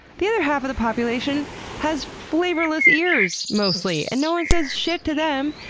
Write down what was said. the other half of the population has flavorless ears! mostly. and no one says shit to them!